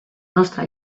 nostre